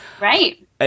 Right